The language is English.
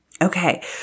Okay